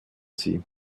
sie